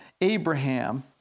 Abraham